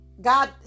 God